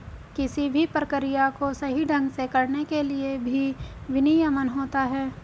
किसी भी प्रक्रिया को सही ढंग से करने के लिए भी विनियमन होता है